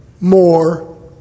more